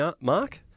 mark